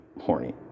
horny